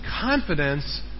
confidence